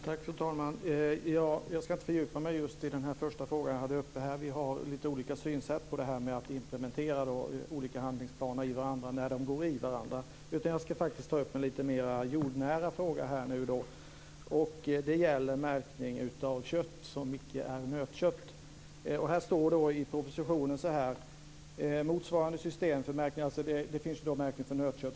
Fru talman! Jag ska inte fördjupa mig just i den första fråga jag hade uppe här. Vi har lite olika synsätt på det här med att implementera olika handlingsplaner i varandra när de går i varandra. Jag ska faktiskt ta upp en lite mer jordnära fråga. Det gäller märkning av kött som inte är nötkött. I propositionen talas det om motsvarande system för märkning - det finns märkning för nötkött.